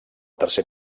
tercer